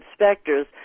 inspectors